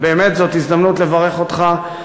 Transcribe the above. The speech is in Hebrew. ובאמת, זאת הזדמנות לברך אותך,